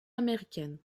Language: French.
américaine